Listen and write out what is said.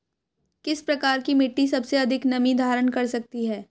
किस प्रकार की मिट्टी सबसे अधिक नमी धारण कर सकती है?